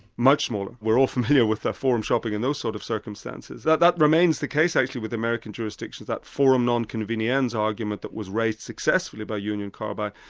much smaller. we're all from here with forum shopping in those sort of circumstances. that that remains the case actually with american jurisdictions, that forum non conveniens argument that was raised successfully by union carbide,